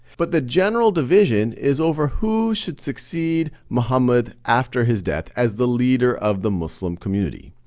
but, the general division is over who should succeed muhammad after his death as the leader of the muslim community.